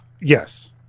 Yes